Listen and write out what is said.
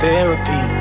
Therapy